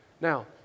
Now